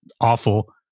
awful